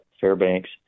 Fairbanks